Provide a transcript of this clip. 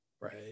right